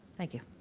thank you.